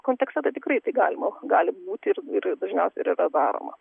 kontekste tai tikrai tai galima gali būti ir ir dažniausiai ir yra daroma